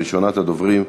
ראשונת הדוברים,